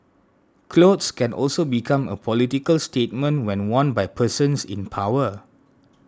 clothes can also become a political statement when worn by persons in power